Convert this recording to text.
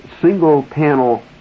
single-panel